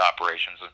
operations